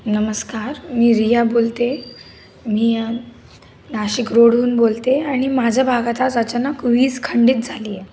नमस्कार मी रिया बोलते मी नाशिक रोडहून बोलते आणि माझ्या भागात आज अचानक वीज खंडित झाली आहे